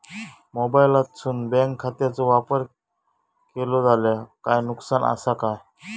मोबाईलातसून बँक खात्याचो वापर केलो जाल्या काय नुकसान असा काय?